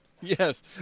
Yes